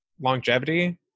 longevity